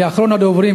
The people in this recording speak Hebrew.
אני אחרון הדוברים,